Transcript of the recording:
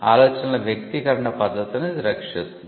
ఆలోచనల వ్యక్తీకరణ పద్ధతిని ఇది రక్షిస్తుంది